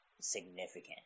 significant